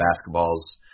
basketball's